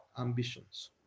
ambitions